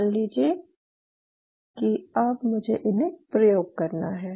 मान लीजिये कि अब मुझे इन्हें प्रयोग करना है